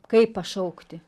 kaip pašaukti